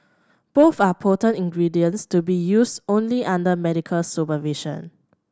both are potent ingredients to be used only under medical supervision